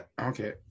Okay